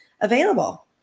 available